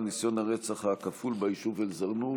שכותרתה: ניסיון הרצח הכפול ביישוב א-זרנוק.